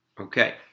Okay